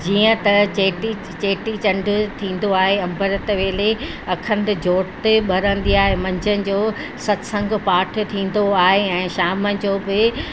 जींअ त चेटी चेटी चंडु थींदो आहे अमृत वेले अखंड जोति ॿरंदी आहे मंझंदि जो सत्संगु पाठु थींदो आहे ऐं शाम जो बि